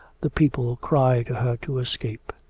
the people cry to her to escape.